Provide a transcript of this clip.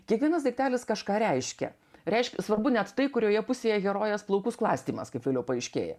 kiekvienas daiktelis kažką reiškia reiškia svarbu net tai kurioje pusėje herojės plaukų sklastymas kaip vėliau paaiškėja